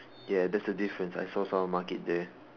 ya there is a difference I saw at someone mark it there